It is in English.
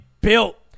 built